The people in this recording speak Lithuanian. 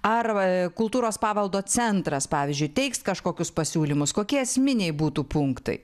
ar kultūros paveldo centras pavyzdžiui teiks kažkokius pasiūlymus kokie esminiai būtų punktai